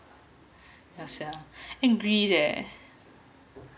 ya sia angry leh